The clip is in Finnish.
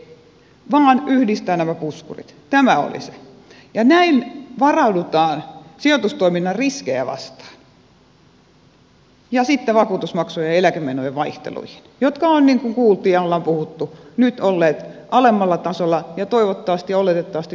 tämä oli se tärkein asia ja näin varaudutaan sijoitustoiminnan riskejä vastaan ja sitten vakuutusmaksujen ja eläkemenojen vaihteluihin jotka ovat niin kuin kuultiin ja on puhuttu nyt olleet alemmalla tasolla ja toivottavasti ja oletettavasti tulevat olemaankin